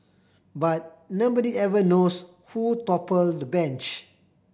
but nobody ever knows who toppled the bench